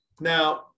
Now